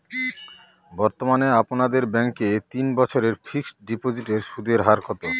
বর্তমানে আপনাদের ব্যাঙ্কে তিন বছরের ফিক্সট ডিপোজিটের সুদের হার কত?